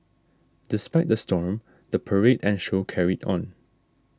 despite the storm the parade and show carried on